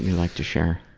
like to share.